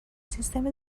سیستم